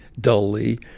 dully